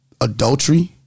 Adultery